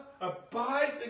abides